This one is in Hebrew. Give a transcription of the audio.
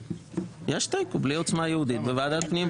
יש תיקו בלי עוצמה יהודית בוועדת הפנים,